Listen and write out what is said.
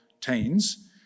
teens